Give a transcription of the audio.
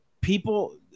people